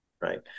right